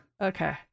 Okay